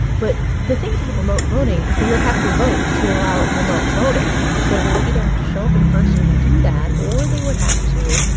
but the thing about remote voting is they would have to vote to allow remote voting. so they would either have to show up in person and do that or they would have to,